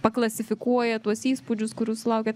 paklasifikuojat tuos įspūdžius kurių sulaukiat